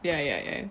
ya ya ya